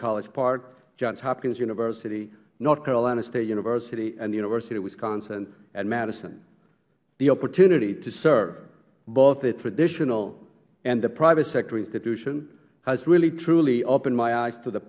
college park johns hopkins university north carolina state university and university of wisconsin at madison the opportunity to serve both at traditional and private sector institutions has really truly opened my eyes to the